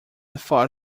thought